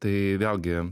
tai vėlgi